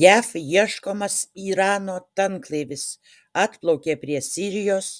jav ieškomas irano tanklaivis atplaukė prie sirijos